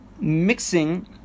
mixing